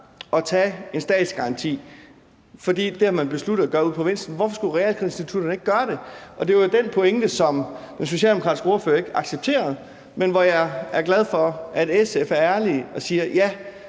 at tage en statsgaranti, for det har man besluttet at man skal gøre ude i provinsen, og hvorfor skulle realkreditinstitutterne så ikke gøre det? Det var jo den pointe, som den socialdemokratiske ordfører ikke accepterede, men jeg er glad for, at SF er ærlige og siger: Ja,